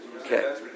Okay